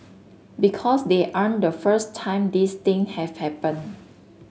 because they aren't the first time these thing have happened